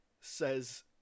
says